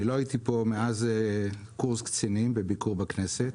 אני לא הייתי פה מאז קורס קצינים בביקור בכנסת,